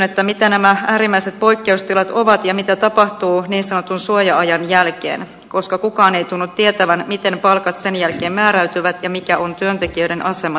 kysyn mitä nämä äärimmäiset poikkeustilat ovat ja mitä tapahtuu niin sanotun suoja ajan jälkeen koska kukaan ei tunnu tietävän miten palkat sen jälkeen määräytyvät ja mikä on työntekijöiden asema tulevaisuudessa